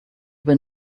will